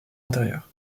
intérieures